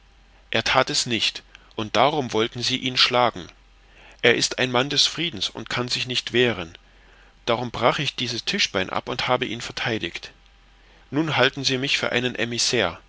er that es nicht und darum wollten sie ihn schlagen er ist ein mann des friedens und kann sich nicht wehren darum brach ich dieses tischbein ab und habe ihn vertheidigt nun halten sie mich für einen